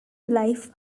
life